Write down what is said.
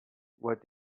what